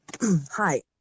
Hi